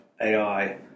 AI